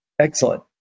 Excellent